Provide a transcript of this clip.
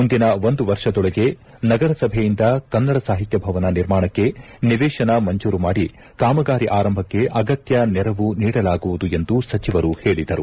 ಮುಂದಿನ ಒಂದು ವರ್ಷದೊಳಗೆ ನಗರಸಭೆಯಿಂದ ಕನ್ನಡ ಸಾಹಿತ್ಲಭವನ ನಿರ್ಮಾಣಕ್ಕೆ ನಿವೇಶನ ಮಂಜೂರು ಮಾಡಿ ಕಾಮಗಾರಿ ಆರಂಭಕ್ಕೆ ಅಗತ್ಯ ನೆರವು ನೀಡಲಾಗುವುದು ಎಂದು ಸಚಿವರು ಹೇಳಿದರು